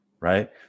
Right